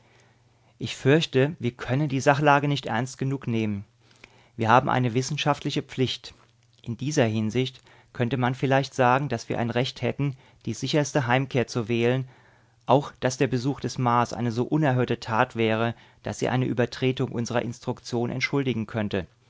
ich fürchte wir können die sachlage nicht ernst genug nehmen wir haben eine wissenschaftliche pflicht in dieser hinsicht könnte man vielleicht sagen daß wir ein recht hätten die sicherste heimkehr zu wählen auch daß der besuch des mars eine so unerhörte tat wäre daß sie die übertretung unserer instruktion entschuldigen könnte